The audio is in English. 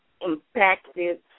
impacted